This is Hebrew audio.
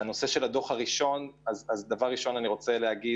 לגבי הדוח השני, אני מתחבר